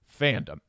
fandom